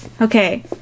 okay